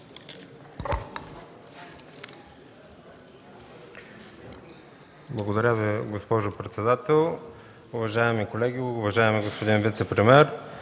Благодаря Ви, госпожо председател. Уважаеми колеги, уважаеми господин вицепремиер!